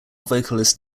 vocalist